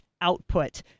output